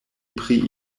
pri